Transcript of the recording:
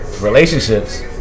relationships